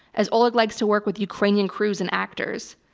as oleg likes to work with ukrainian crews and actors.